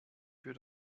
für